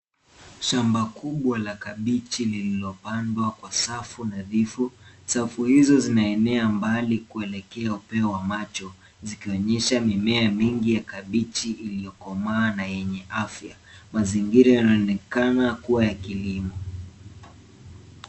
Shamba kubwa la kabichi lililopandwa kwa safu nadhifu. Safu hizo zinaenea mbali kuelekea upeo wa macho, zikionyesha mimea mingi ya kabichi iliyokomaa na yenye afya. Mazingira inaonekana kua ya kilimo.